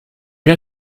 jij